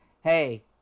hey